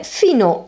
fino